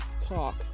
talk